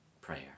prayer